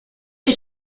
che